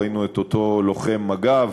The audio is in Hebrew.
ראינו את אותו לוחם מג"ב.